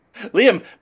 Liam